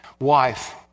wife